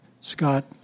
Scott